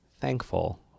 thankful